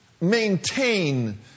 maintain